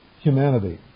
humanity